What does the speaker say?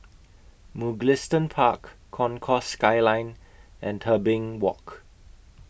Mugliston Park Concourse Skyline and Tebing Walk